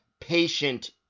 patient